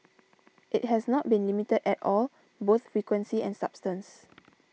it has not been limited at all both frequency and substance